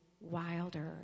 Wilder